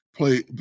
play